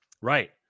right